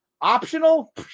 optional